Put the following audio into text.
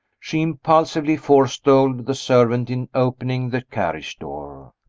she impulsively forestalled the servant in opening the carriage door.